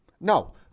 No